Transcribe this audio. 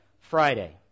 Friday